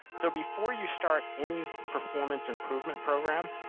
so before you start any performance improvement program,